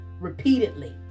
repeatedly